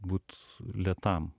būt lėtam